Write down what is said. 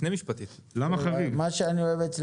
יש לנו במקביל רפורמה גדולה